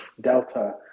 Delta